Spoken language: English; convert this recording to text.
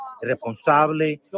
responsable